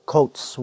Coats